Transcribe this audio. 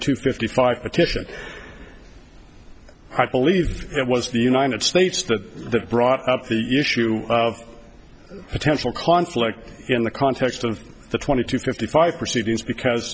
two fifty five petition i believe it was the united states that the brought up the issue of potential conflict in the context of the twenty to fifty five proceedings because